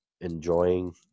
enjoying